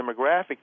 demographic